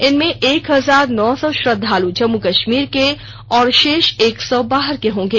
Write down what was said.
इनमें एक हजार नौ सौ श्रद्धालु जम्मू कश्मीर के और शेष एक सौ बाहर के होंगे